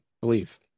believe